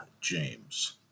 James